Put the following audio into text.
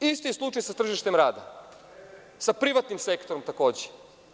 Isti je slučaj sa tržištem rada, sa privatnim sektorom takođe.